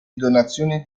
donazioni